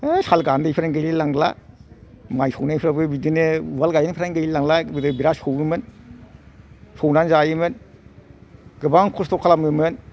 है साल गान्दैफ्रानो गैलाय लांला माय सौनायफ्राबो बिदिनो उवाल गायहेन फ्रानो गैलाय लांला गोदो बिराद सौयोमोन सौनानै जायोमोन गोबां खष्ट' खालामो मोन